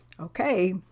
Okay